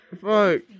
Fuck